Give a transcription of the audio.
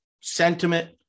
sentiment